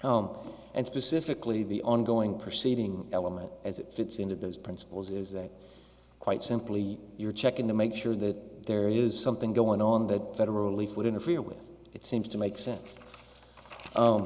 ome and specifically the ongoing proceeding element as it fits into those principles is that quite simply you're checking to make sure that there is something going on that federally food interfere with it seems to make sense